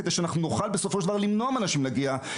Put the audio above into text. כדי שאנחנו נוכל בסופו של דבר למנוע מאנשים להגיע לבית החולים,